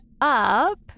up